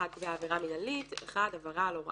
עבירה על הוראה